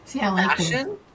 action